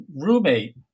roommate